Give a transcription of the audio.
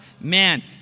Man